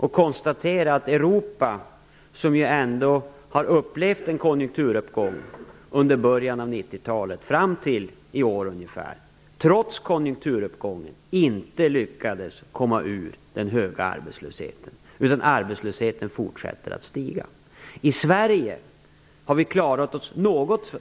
Det är också klart att Europa, som ändå har upplevt en konjunkturuppgång i början av 90-talet och fram till i år ungefär, trots konjunkturuppgången inte lyckades komma ur den höga arbetslösheten. I stället fortsätter arbetslösheten att stiga. I Sverige har vi klarat oss